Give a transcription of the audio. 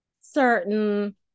certain